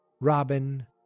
Robin